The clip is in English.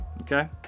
okay